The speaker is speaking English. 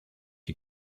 you